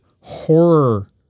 horror